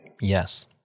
Yes